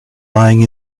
lying